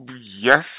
Yes